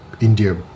india